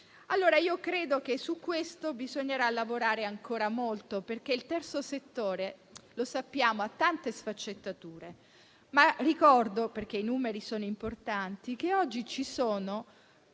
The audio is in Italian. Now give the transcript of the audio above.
modo. Credo che su questo bisognerà lavorare ancora molto, perché il Terzo settore - lo sappiamo - ha tante sfaccettature, ma ricordo - perché i numeri sono importanti - che oggi ci sono